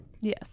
Yes